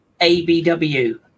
ABW